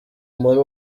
muri